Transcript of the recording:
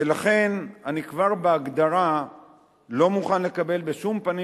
ולכן אני כבר בהגדרה לא מוכן לקבל בשום פנים